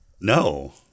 No